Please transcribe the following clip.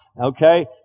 Okay